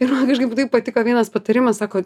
ir man kažkaip taip patiko vienas patarimas sako